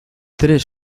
tres